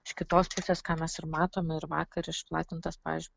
iš kitos pusės ką mes ir matome ir vakar išplatintas pavyzdžiui